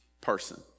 person